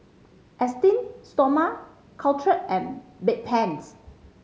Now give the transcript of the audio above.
Esteem Stoma Caltrate and Bedpans